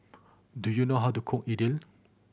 do you know how to cook Idili